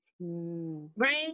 right